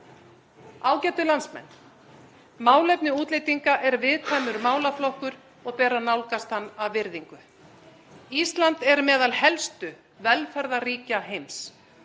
Ágætu landsmenn. Málefni útlendinga eru viðkvæmur málaflokkur og ber að nálgast hann af virðingu. Ísland er meðal helstu velferðarríkja heims